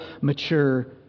mature